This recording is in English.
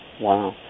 Wow